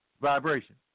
Vibration